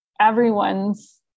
everyone's